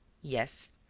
yes.